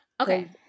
Okay